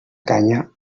canya